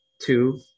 two